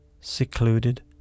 secluded